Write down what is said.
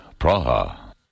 Praha